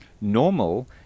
normal